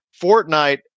Fortnite